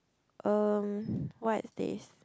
um what is this